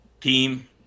team